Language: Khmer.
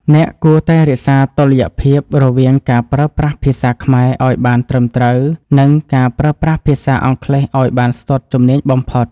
អ្នកគួរតែរក្សាតុល្យភាពរវាងការប្រើប្រាស់ភាសាខ្មែរឱ្យបានត្រឹមត្រូវ និងការប្រើប្រាស់ភាសាអង់គ្លេសឱ្យបានស្ទាត់ជំនាញបំផុត។